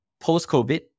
post-COVID